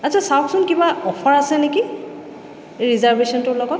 আচ্ছা চাওকচোন কিবা অ'ফাৰ আছে নেকি ৰিজাৰ্ভেশ্যনটোৰ লগত